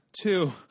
two